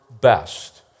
best